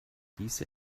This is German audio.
diese